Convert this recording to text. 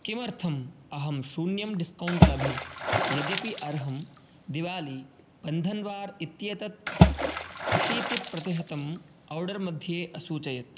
किमर्थम् अहं शून्यं डिस्कौण्ट् लभे यद्यपि अर्हं दीवालिबन्धन्वारित्येतत् अशीतिप्रतिशतम् आर्डर्मध्ये असूचयत्